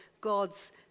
God's